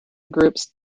groups